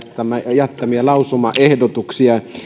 jättämiä lausumaehdotuksia